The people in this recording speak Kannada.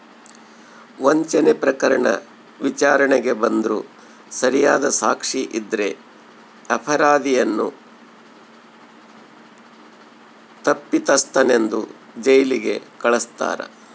ವಂಚನೆ ಪ್ರಕರಣ ವಿಚಾರಣೆಗೆ ಬಂದ್ರೂ ಸರಿಯಾದ ಸಾಕ್ಷಿ ಇದ್ದರೆ ಅಪರಾಧಿಯನ್ನು ತಪ್ಪಿತಸ್ಥನೆಂದು ಜೈಲಿಗೆ ಕಳಸ್ತಾರ